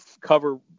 cover